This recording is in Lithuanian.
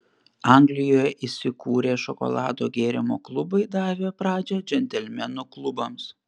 anglijoje įsikūrė šokolado gėrimo klubai davę pradžią džentelmenų klubams